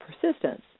persistence